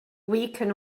weaken